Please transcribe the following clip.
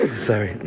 Sorry